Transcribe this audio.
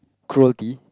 cruelty